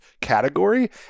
category